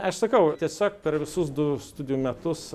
aš sakau tiesiog per visus du studijų metus